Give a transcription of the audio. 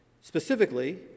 specifically